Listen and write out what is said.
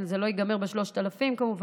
זה לא ייגמר ב-3,000, כמובן.